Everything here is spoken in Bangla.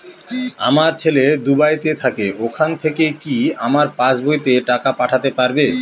আমার ছেলে দুবাইতে থাকে ওখান থেকে কি আমার পাসবইতে টাকা পাঠাতে পারবে?